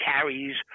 carries